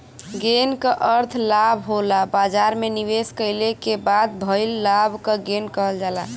gain क अर्थ लाभ होला बाजार में निवेश कइले क बाद भइल लाभ क गेन कहल जाला